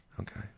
Okay